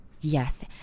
yes